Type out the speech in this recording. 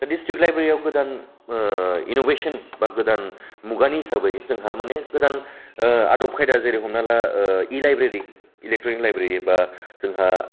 दा district library आव गोदान ओ इन'भेसन बा गोदान मुगानि हिसाबै जोंहा माने गोदान आदब खयदा जेरै हमना ला ओ इ लाइब्रेरि इलेकट्र'निक लाइब्रेरि एबा जोंहा